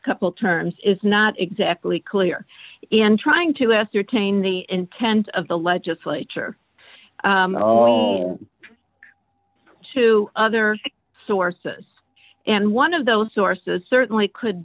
couple terms is not exactly clear in trying to ascertain the intent of the legislature at all to other sources and one of those sources certainly could